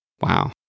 Wow